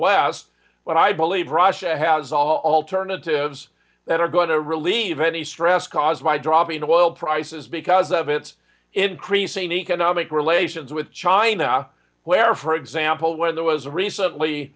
west but i believe russia has alternatives that are going to relieve any stress caused by dropping oil prices because of its increasing economic relations with china where for example where there was recently